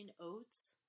oats